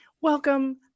welcome